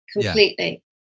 completely